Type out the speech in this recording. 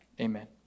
Amen